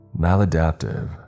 Maladaptive